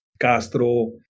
Castro